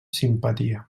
simpatia